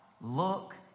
look